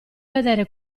vedere